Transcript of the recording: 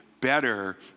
better